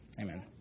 Amen